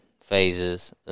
phases